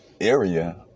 area